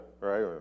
right